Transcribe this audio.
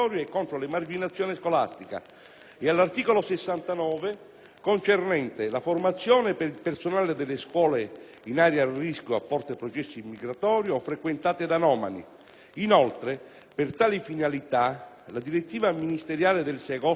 e all'articolo 69, concernente la «Formazione per il personale delle scuole in aree a rischio o a forte processo immigratorio o frequentate da nomadi». Inoltre, per tali finalità la direttiva ministeriale del 6 agosto 2008, n. 69,